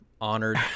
honored